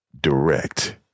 direct